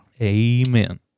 amen